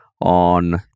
on